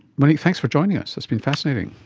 monique, thanks for joining us, it's been fascinating.